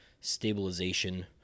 stabilization